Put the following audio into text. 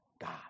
God